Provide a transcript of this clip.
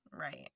right